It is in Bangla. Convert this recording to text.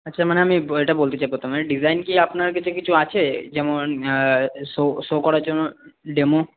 আচ্ছা মানে আমি এটা বলতে চাই প্রথমে ডিজাইন কি আপনার কাছে কিছু আছে যেমন শো শো করার জন্য ডেমো